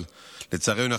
אבל לצערנו,